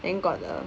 then got the